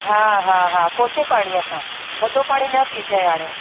हा हा हा कोसे पाणीअ सां थदो पाणी न पीअ जाए हाणे